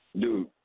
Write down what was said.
Dude